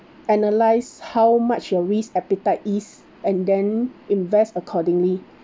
analyse how much your risk appetite is and then invest accordingly